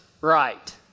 right